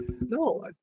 No